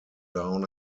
down